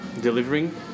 delivering